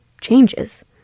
changes